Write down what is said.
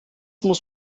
muss